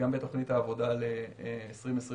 בתוכנית העבודה לשנת 2021,